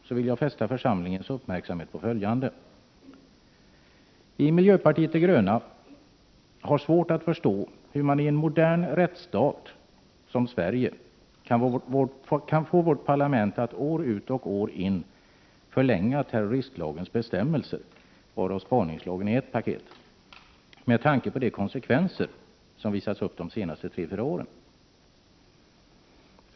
Jag vill då fästa församlingens uppmärksamhet på följande: Vii miljöpartiet de gröna har svårt att förstå hur man i en modern rättsstat som Sverige kan få vårt parlament att år ut och år in förlänga terroristlagens bestämmelser — vari spaningslagen ingår som ett paket — med tanke på de konsekvenser som visats upp de senaste tre fyra åren.